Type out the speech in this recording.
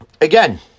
again